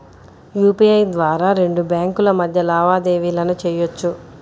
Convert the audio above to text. UPI ద్వారా రెండు బ్యేంకుల మధ్య లావాదేవీలను చెయ్యొచ్చు